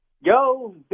Yo